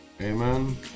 amen